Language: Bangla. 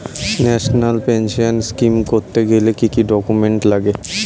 ন্যাশনাল পেনশন স্কিম করতে গেলে কি কি ডকুমেন্ট লাগে?